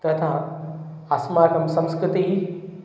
तथा अस्माकं संस्कृति